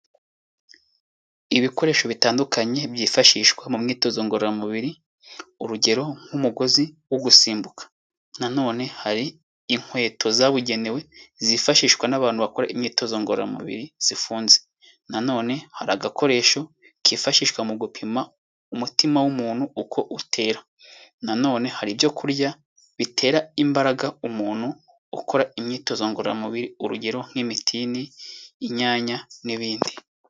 ibikoresho bitandukanye byifashishwa mu myitozo ngororamubiri urugero nk'umugozi wo gusimbuka nanone hari inkweto zabugenewe zifashishwa n'abantu bakora imyitozo ngororamubiri zifunze nanone hari agakoresho kifashishwa mu gupima umutima w'umuntu uko utera nanone hari ibyokurya bitera imbaraga umuntu ukora imyitozo ngororamubiri urugero nk'imitini inyanya n'ibindi